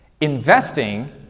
Investing